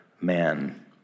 man